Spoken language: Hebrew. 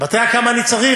אתה יודע כמה אני צריך?